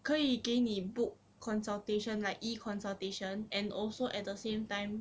可以给你 book consultation like e-consultation and also at the same time